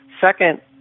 Second